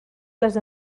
les